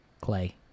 Clay